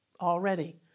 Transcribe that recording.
already